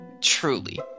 Truly